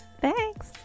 Thanks